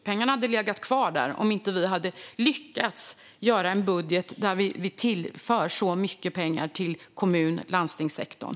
Pengarna hade legat kvar där om vi inte hade lyckats göra en budget där vi tillför mycket pengar till kommun och landstingssektorn.